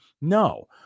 No